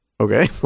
okay